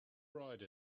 write